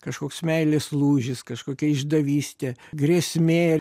kažkoks meilės lūžis kažkokia išdavystė grėsmė